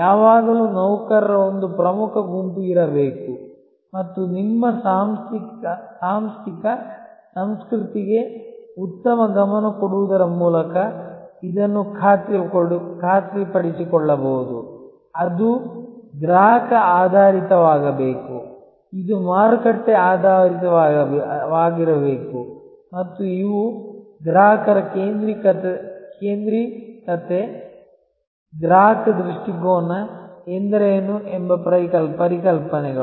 ಯಾವಾಗಲೂ ನೌಕರರ ಒಂದು ಪ್ರಮುಖ ಗುಂಪು ಇರಬೇಕು ಮತ್ತು ನಿಮ್ಮ ಸಾಂಸ್ಥಿಕ ಸಂಸ್ಕೃತಿಗೆ ಉತ್ತಮ ಗಮನ ಕೊಡುವುದರ ಮೂಲಕ ಇದನ್ನು ಖಾತ್ರಿಪಡಿಸಿಕೊಳ್ಳಬಹುದು ಅದು ಗ್ರಾಹಕ ಆಧಾರಿತವಾಗಬೇಕು ಇದು ಮಾರುಕಟ್ಟೆ ಆಧಾರಿತವಾಗಿರಬೇಕು ಮತ್ತು ಇವು ಗ್ರಾಹಕರ ಕೇಂದ್ರೀಕೃತವಾಗಿದೆ ಗ್ರಾಹಕ ದೃಷ್ಟಿಕೋನ ಎಂದರೇನು ಎಂಬ ಪರಿಕಲ್ಪನೆಗಳು